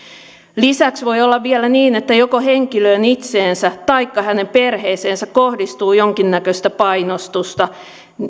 lisäksi voi olla vielä niin että joko henkilöön itseensä taikka hänen perheeseensä kohdistuu jonkinnäköistä painostusta